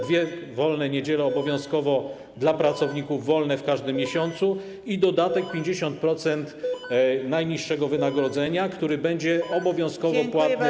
dwie wolne niedziele obowiązkowo dla pracowników wolne w każdym miesiącu i dodatek 50% najniższego wynagrodzenia, który będzie obowiązkowo płatny.